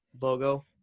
logo